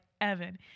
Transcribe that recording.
Evan